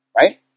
Right